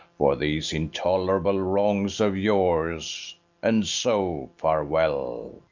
for these intolerable wrongs of yours and so, farewell.